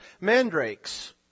mandrakes